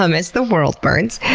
um as the world burns.